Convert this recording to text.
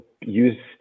Use